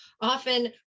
often